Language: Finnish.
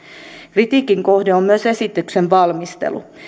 kritiikin kohde on myös esityksen valmistelu